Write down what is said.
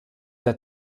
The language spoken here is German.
der